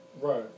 Right